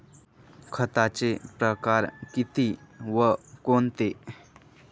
खताचे प्रकार किती व कोणते?